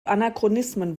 anachronismen